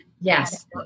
Yes